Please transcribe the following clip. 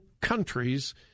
countries